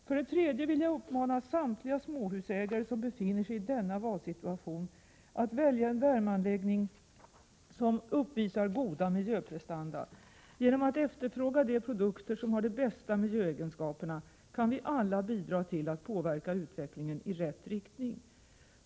För det tredje vill jag uppmana samtliga småhusägare som befinner sig i denna valsituation att välja en värmeanläggning som uppvisar goda miljöprestanda. Genom att efterfråga de produkter som har de bästa miljöegenskaperna kan vi alla bidra till att påverka utvecklingen i rätt riktning.